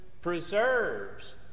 preserves